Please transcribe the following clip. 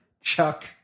Chuck